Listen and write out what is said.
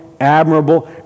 admirable